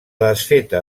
desfeta